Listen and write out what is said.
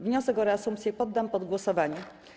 Wniosek o reasumpcję poddam pod głosowanie.